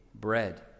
bread